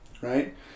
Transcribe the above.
right